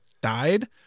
died